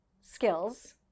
skills